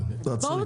תעצרי.